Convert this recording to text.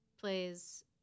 plays